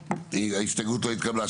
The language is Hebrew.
ההסתייגות לא התקבלה.